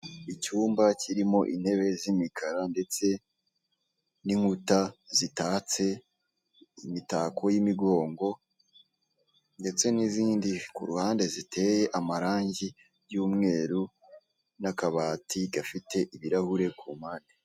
Icyumba kirimo intebe z'imikara ndetse n'inkuta zitatse imitako y'imigongo ndetse n'izindi ku ruhande ziteye amarangi y'umweru n'akabati gafite ibirahuri ku mpande.